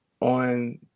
on